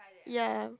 ya